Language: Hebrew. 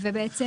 ובעצם